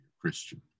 Christian